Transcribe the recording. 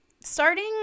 starting